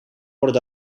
worden